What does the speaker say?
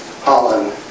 Holland